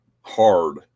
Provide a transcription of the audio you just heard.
hard